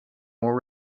more